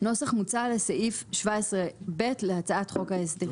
נוסח מוצע לסעיף 17ב להצעת חוק ההסדרים.